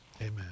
amen